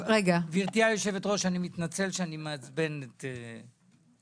גברתי היושבת ראש, אני מתנצל שאני מעצבן את מיכל.